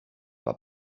pas